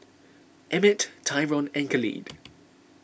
Emmet Tyron and Khalid